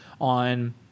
on